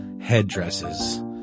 headdresses